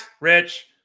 Rich